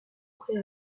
prêts